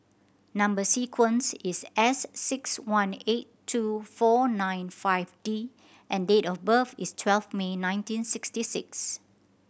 number sequence is S six one eight two four nine five D and date of birth is twelve May nineteen sixty six